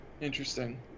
Interesting